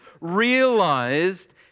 realized